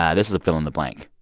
yeah this is a fill in the blank.